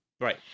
Right